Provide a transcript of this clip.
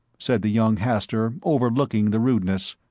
said the young hastur, overlooking the rudeness.